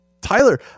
Tyler